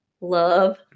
Love